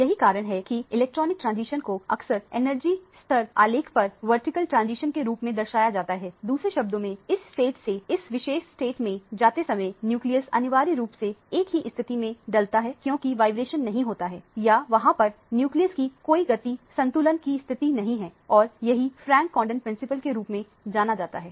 यही कारण है कि इलेक्ट्रॉनिक ट्रांजिशन को अक्सर एनर्जी स्तर आलेख पर वर्टिकल ट्रांजिशन के रूप में दर्शाया जाता है दूसरे शब्दों में इस स्टेट से इस विशेष स्टेट में जाते समय न्यूक्लियस अनिवार्य रूप से एक ही स्थिति में डालता है कोई वाइब्रेशन नहीं होता है या वहां पर न्यूक्लियस की कोई गति संतुलन की स्थिति नहीं है और यही फ्रैंक कोंडन सिद्धांत के रूप में जाना जाता है